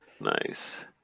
Nice